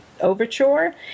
overture